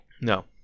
No